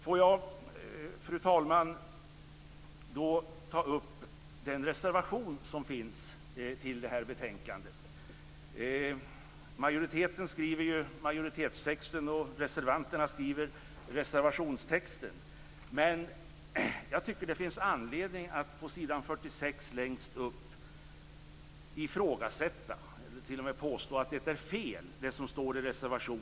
Får jag, fru talman, då ta upp den reservation som finns till det här betänkandet. Majoriteten skriver ju majoritetstexten och reservanterna skriver reservationstexten. Men i fråga om s. 46 i betänkandet, längst upp, tycker jag att det finns anledning att ifrågasätta eller t.o.m. påstå att det är fel som det står i reservationen.